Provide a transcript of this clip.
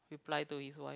reply to his wife